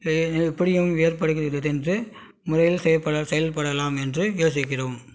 எ எப்படியும் வேறுபடுகிறது என்று முறையில் செயல்பட செயல்படலாம் என்று யோசிக்கிறோம்